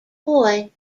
boy